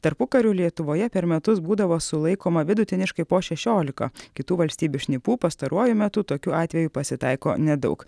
tarpukario lietuvoje per metus būdavo sulaikoma vidutiniškai po šešiolika kitų valstybių šnipų pastaruoju metu tokių atvejų pasitaiko nedaug